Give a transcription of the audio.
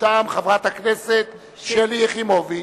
ומטעם חברת הכנסת שלי יחימוביץ.